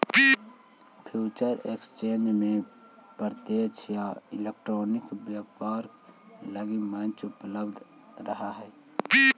future exchange में प्रत्यक्ष या इलेक्ट्रॉनिक व्यापार लगी मंच उपलब्ध रहऽ हइ